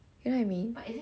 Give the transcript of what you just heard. you know what I mean